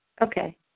Okay